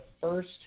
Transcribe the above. first